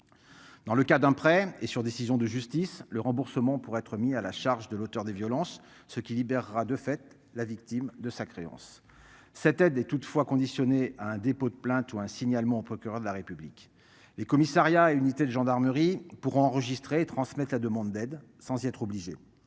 Dans le cas d'un prêt et sur décision de justice le remboursement pour être mis à la charge de l'auteur des violences, ce qui libérera de fait la victime de sa créance. Cette aide est toutefois conditionnée à un dépôt de plainte ou un signalement au procureur de la République. Les commissariats et unités de gendarmerie pour enregistrer et transmettre la demande d'aide, sans y être obligée,